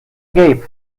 gabe